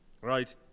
Right